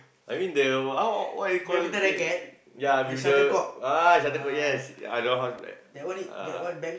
I mean the how how what you call play ya with the ah shuttlecock yes I don't know how spell ah